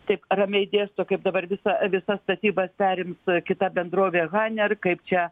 tik ramiai dėsto kaip dabar visą visas statybas perims kita bendrovė haner kaip čia